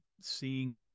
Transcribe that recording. seeing